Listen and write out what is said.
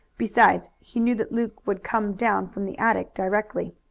besides, he knew that luke would come down from the attic directly.